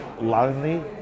lonely